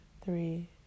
three